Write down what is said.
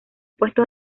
puesto